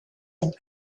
and